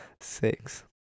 Six